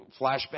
flashback